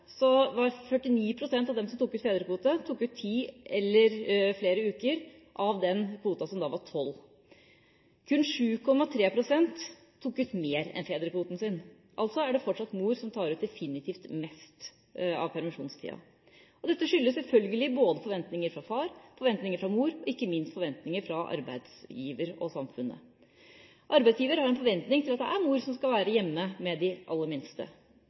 av dem som tok ut fedrekvote i 2011, tok ut ti eller flere uker av kvoten på tolv uker. Kun 7,3 pst. tok ut mer enn fedrekvoten sin. Så fortsatt er det mor som definitivt tar ut mest av permisjonstida. Dette skyldes selvfølgelig både forventninger fra far, forventninger fra mor og ikke minst forventninger fra arbeidsgiver og samfunnet. Arbeidsgiver har en forventning om at det er mor som skal være hjemme med de aller minste.